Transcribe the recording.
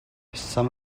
some